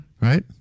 Right